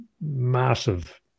massive